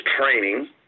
training